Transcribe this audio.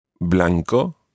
Blanco